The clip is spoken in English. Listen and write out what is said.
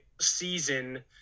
season